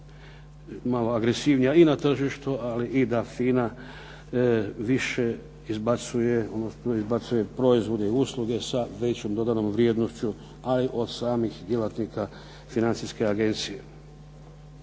malo agresivnija i na tržištu i da FINA više izbacuje proizvode i usluge sa većom dodanom vrijednošću ali od samih djelatnika Financijske agencije.